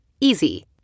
Easy